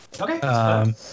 Okay